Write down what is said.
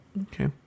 Okay